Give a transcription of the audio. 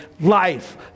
life